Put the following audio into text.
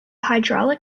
hydraulic